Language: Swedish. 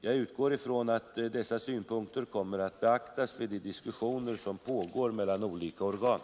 Jag utgår från att dessa synpunkter kommer att beaktas vid de diskussioner som pågår mellan olika organ.